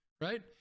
right